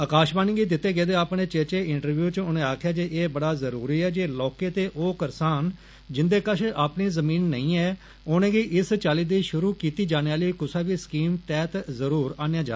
आकाशवाणी गी दिते गेदे चेचे इंटव्यू च उनें आक्खेआ जे ए बड़ा जरुरी ऐ जे लौह्के ते ओ करसान जिन्दे कश अपनी जमीन नेंई ऐ उनेंगी इस चाल्ली दी शुरु कीती जाने आइ्ली कुसै बी स्कीम तैहत जरुर आंदा जा